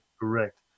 Correct